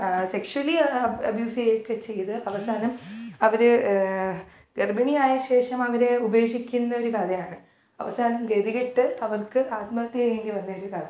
sexually അബിയൂസക്കെ ചെയ്ത് അവസാനം അവർ ഗർഭിണിയായ ശേഷം അവരെ ഉപേഷിക്കുന്ന ഒരു കഥയാണ് അവസാനം ഗതികെട്ട് അവർക്ക് ആത്മഹത്യ ചെയ്യേണ്ടി വന്ന ഒരു കഥ